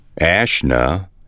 Ashna